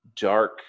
dark